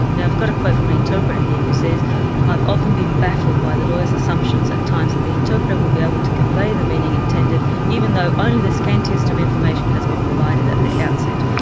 now i've got a quote from an interpreter here who says i've often been baffled by the lawyers assumptions at times that the interpreter will be able to convey the meaning intended even though only the scantiest of information has been provided at the outset.